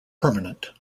permanent